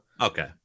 okay